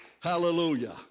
Hallelujah